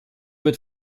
wird